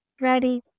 ready